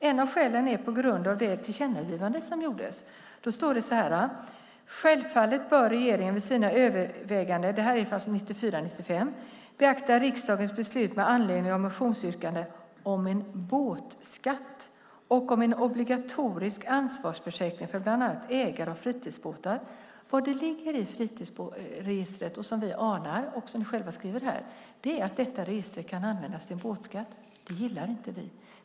Ett av skälen är det tillkännagivande som gjordes 1994/95, där det står så här: Självfallet bör regeringen vid sina överväganden beakta riksdagens beslut med anledning av motionsyrkandena om en båtskatt och om en obligatorisk ansvarsförsäkring för bland annat ägare av fritidsbåtar. Vad som ligger i fritidsbåtsregistret, som vi anar och som vi själva skriver, är att detta register kan användas till en båtskatt. Det gillar inte vi.